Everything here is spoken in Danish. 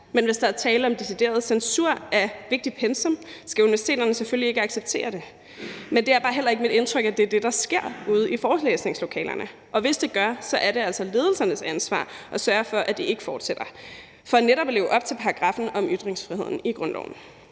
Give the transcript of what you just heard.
Men hvis der er tale om decideret censur af vigtigt pensum, skal universiteterne selvfølgelig ikke acceptere det, men det er bare heller ikke mit indtryk, at det er det, der sker ude i forelæsningslokalerne – og hvis det gør, er det altså ledelsernes ansvar at sørge for, at det ikke fortsætter, for netop at leve op til paragraffen om ytringsfrihed i grundloven.